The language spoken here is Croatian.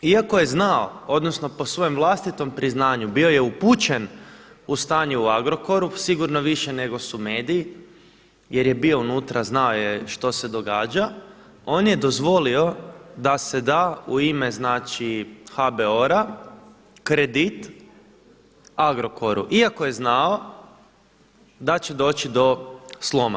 Iako je znao odnosno po svojem vlastitom priznanju bio je upućen u stanje u Agrokoru, sigurno više nego su mediji jer je bio unutra, znao je što se događa, on je dozvolio da se da u ime HBOR-a kredit Agrokoru, iako je znao da će doći do sloma.